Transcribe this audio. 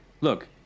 Look